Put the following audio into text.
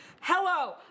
Hello